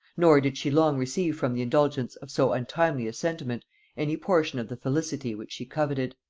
nor did she long receive from the indulgence of so untimely a sentiment any portion of the felicity which she coveted.